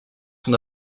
son